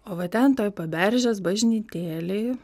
o va ten toj paberžės bažnytėlėj